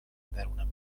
درونم